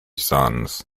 sons